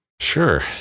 Sure